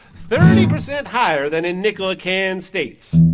thirty percent higher than in nickel-a-can states.